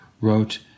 wrote